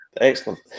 excellent